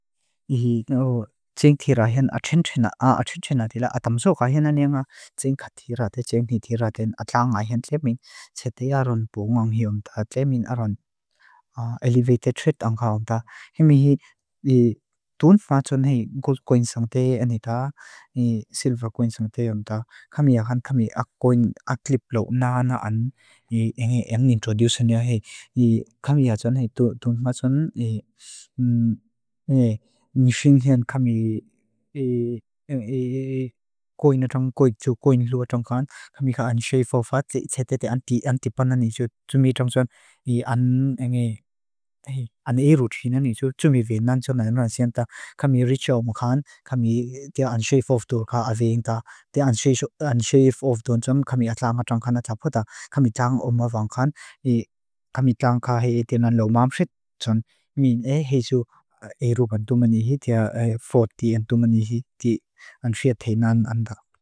Tseng tira hen achinchena, achinchena tila atamso ka hena nia nga tseng ka tira te tseng ni tira ten atlaa nga hen tle min tse te aron buu ngong hium ta. Tle min aron elevated treed angka omda. Himi hii tunfa tson hei gul koinsang te anita, silva koinsang te omda. Kami akan kami ak koin, ak lip lo na na an, enge enge introduce nia hei. I kami atan hei tunfa tson, nginxinhen kami koin atong, koit tsu koin lo atong kan. Kami ka an shave off at, tse te te an tipana nisu. Tumitong tson i an, enge, an eru txina nisu. Tumi venan tso na lemarang sienta. Kami richa omokan, kami tia an shave off tu ka aveng ta. Tia an shave off tun tson kami atlaa nga tong kan atapu ta. Kami tlaang omokan, kami tlaang ka hei tenan lo mam sit. Tson min e hei su eru pan tumani hit. Tia e forti an tumani hit. Tia an shia tenan anda.